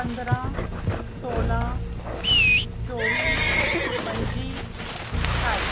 पदंरां सोलां चौह्बी पं'जी ठाई